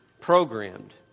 programmed